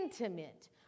intimate